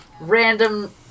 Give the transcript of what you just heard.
random